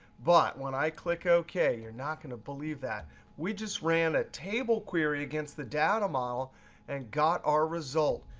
but when i click ok you're not going to believe that we just ran a table query against the data model and got our result.